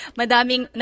madaming